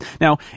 Now